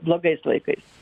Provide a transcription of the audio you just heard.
blogais laikais